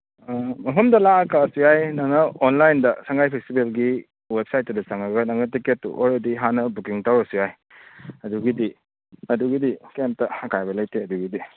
ꯃꯐꯝꯗꯣ ꯂꯥꯛꯑ ꯀꯛꯑꯁꯨ ꯌꯥꯏ ꯅꯪꯅ ꯑꯣꯟꯂꯥꯏꯟꯗ ꯁꯉꯥꯏ ꯐꯦꯁꯇꯤꯚꯦꯜꯒꯤ ꯋꯦꯕꯁꯥꯏꯠꯇꯨꯗ ꯆꯪꯉꯒ ꯅꯪꯅ ꯇꯤꯛꯀꯦꯠꯇꯨ ꯑꯣꯜꯔꯦꯗꯤ ꯍꯥꯟꯅ ꯕꯨꯀꯤꯡ ꯇꯧꯔꯁꯨ ꯌꯥꯏ ꯑꯗꯨꯒꯤꯗꯤ ꯑꯗꯨꯒꯤꯗꯤ ꯀꯩꯝꯇ ꯑꯀꯥꯏꯕ ꯂꯩꯇꯦ ꯑꯗꯨꯒꯤꯗꯤ